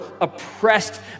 oppressed